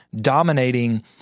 dominating